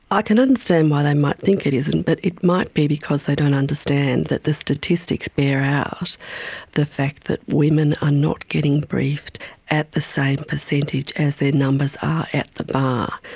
i can understand why they might think it isn't, but it might be because they don't understand that the statistics bear out the fact that women are not getting briefed at the same percentage as their numbers are at the bar.